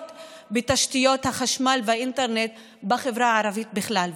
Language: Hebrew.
בתשתיות החשמל והאינטרנט בחברה הערבית בכלל,